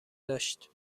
داشت